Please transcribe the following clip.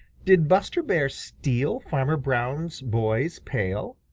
did buster bear steal farmer brown's boy's pail?